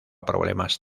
problemas